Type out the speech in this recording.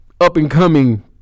up-and-coming